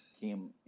came